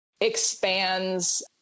expands